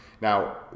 Now